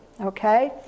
okay